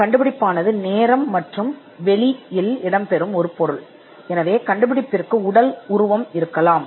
கண்டுபிடிப்பு நேரம் மற்றும் இடத்தில் இருக்கும் மற்றும் ஒரு கண்டுபிடிப்பு உடல் உருவங்களை கொண்டிருக்கலாம்